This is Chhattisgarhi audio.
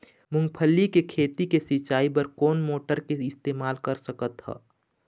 मूंगफली के खेती के सिचाई बर कोन मोटर के इस्तेमाल कर सकत ह?